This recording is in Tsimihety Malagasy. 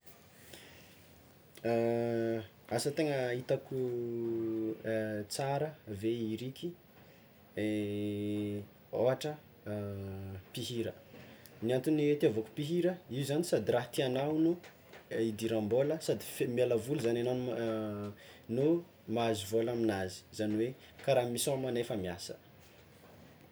Asa tegna hitako tsara ave iriky ôhatra mpihira, ny antony itiavako mpihira, io zany sady raha tiàgnao no hidiram-bôla sady f- miala voly zany anao no ma- no mahazo vola aminazy, zany hoe kara misôma nefa miasa.